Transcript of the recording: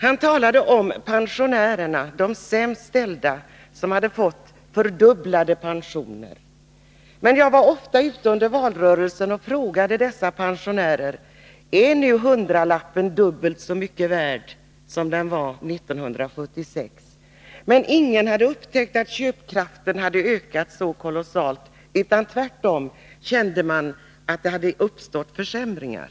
Han talade om att de sämst ställda pensionärerna har fått fördubblade pensioner. Under valrörelsen frågade jag ofta dessa pensionärer: Är nu hundralappen dubbelt så mycket värd som den var 1976? Ingen hade upptäckt att köpkraften hade ökat så kolossalt. Tvärtom kände de att det hade uppstått försämringar.